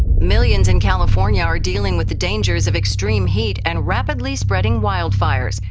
millions in california are dealing with the dangers of extreme heat and rapidly spreading wildfires.